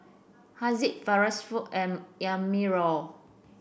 Haziq Sharifah and Amirul